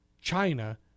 China